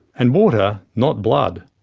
and water, not blood,